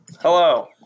Hello